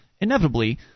inevitably